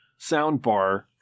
soundbar